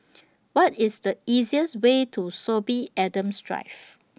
What IS The easiest Way to Sorby Adams Drive